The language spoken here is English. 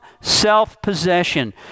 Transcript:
self-possession